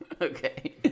Okay